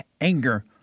anger